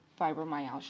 fibromyalgia